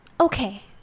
Okay